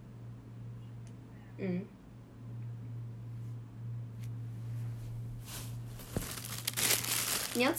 it's so obvious that it's her like 你跟他吃饭 is only her leh then obviously it's her lah 这样明显 liao